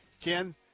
Ken